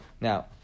Now